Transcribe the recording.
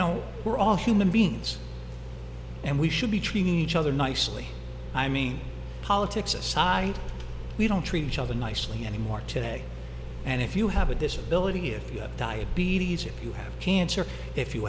know we're all human beings and we should be treating each other nicely i mean politics aside we don't treat each other nicely anymore today and if you have a disability if you have diabetes if you have cancer if you